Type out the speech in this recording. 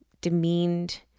demeaned